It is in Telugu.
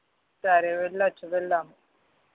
సరే వెళ్లవచ్చు వెళ్దాం